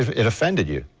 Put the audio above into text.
it offended you.